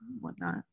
whatnot